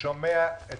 מה אתם רוצים שהם יעשו?